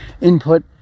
input